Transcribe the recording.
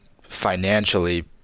financially